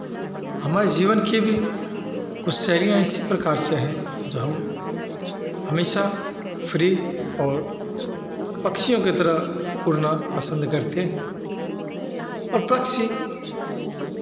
हमारे जीवन की भी कुछ शैलियाँ इसी प्रकार से हैं जो हम हमेशा फ्री और पक्षियों की तरह उड़ना पसंद करते हैं और पक्षी